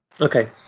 okay